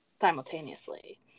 simultaneously